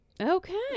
Okay